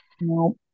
no